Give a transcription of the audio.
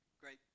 great